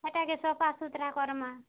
ସେଇଟାକେ ସଫାସୁତରା କରମା